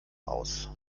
aus